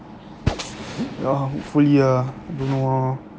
ya hopefully ah don't know ah